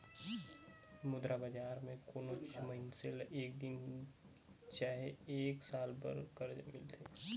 मुद्रा बजार में कोनोच मइनसे ल एक दिन चहे एक साल बर करजा मिलथे